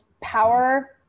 power